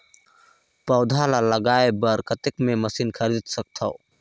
पौधा ल जगाय बर कतेक मे मशीन खरीद सकथव?